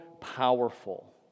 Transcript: powerful